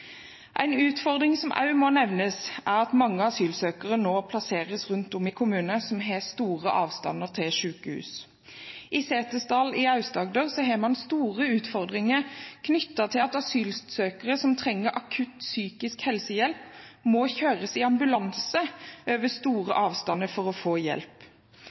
En utfordring som også må nevnes, er at mange asylsøkere nå plasseres rundt om i kommuner som har store avstander til sykehus. I Setesdal i Aust-Agder har en store utfordringer knyttet til at asylsøkere som trenger akutt psykisk helsehjelp, må kjøres i ambulanse over store avstander for å få hjelp.